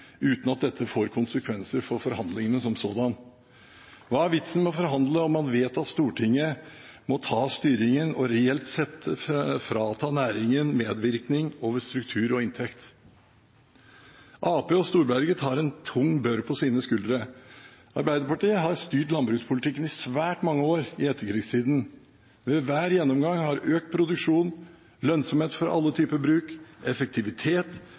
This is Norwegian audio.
uten at dette får konsekvenser for forhandlingene som sådan. Hva er vitsen med å forhandle om man vet at Stortinget må ta styringen og reelt sett frata næringen medvirkning over struktur og inntekt? Arbeiderpartiet og Storberget tar en tung bør på sine skuldre. Arbeiderpartiet har styrt landbrukspolitikken i svært mange år i etterkrigstiden. Ved hver gjennomgang har økt produksjon, lønnsomhet for alle typer bruk, effektivitet